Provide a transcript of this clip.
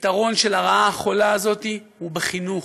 לפתרון של הרעה החולה הזאת הוא בחינוך.